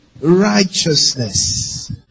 Righteousness